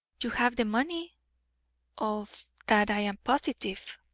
you have the money of that i am positive.